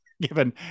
given